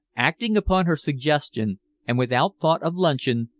acting upon her suggestion and without thought of luncheon,